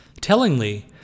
Tellingly